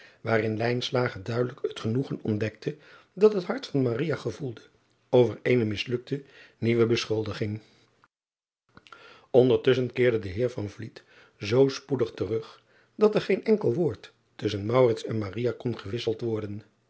waarin duidelijk het genoegen ontdekte dat het hart van gevoelde over eene mislukte nieuwe beschuldiging ndertusschen keerde de eer zoo spoedig terug dat er geen enkel woord tusschen en kon gewisseld worden